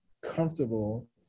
comfortable